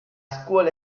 scuola